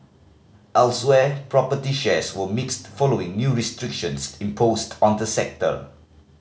elsewhere property shares were mixed following new restrictions imposed on the sector